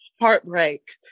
heartbreak